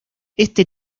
este